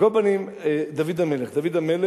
על כל פנים, דוד המלך.